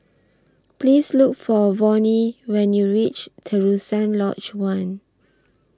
Please Look For Vonnie when YOU REACH Terusan Lodge one